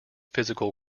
physical